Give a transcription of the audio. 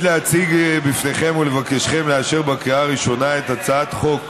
אני מתכבד להציג בפניכם ולבקשכם לאשר בקריאה הראשונה את הצעת חוק